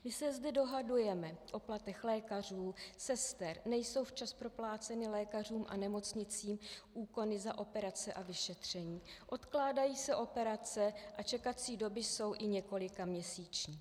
My se zde dohadujeme o platech lékařů, sester, nejsou včas propláceny lékařům a nemocnicím úkony za operace a vyšetření, odkládají se operace a čekací doby jsou i několikaměsíční.